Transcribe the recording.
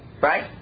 Right